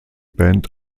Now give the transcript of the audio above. band